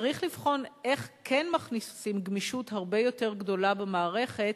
צריך לבחון איך כן מכניסים גמישות הרבה יותר גדולה במערכת,